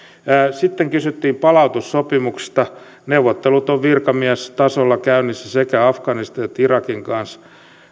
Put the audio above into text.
sitten kysyttiin palautussopimuksista neuvottelut ovat virkamiestasolla käynnissä sekä afganistanin että irakin kanssa